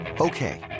Okay